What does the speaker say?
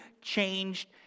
changed